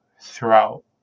throughout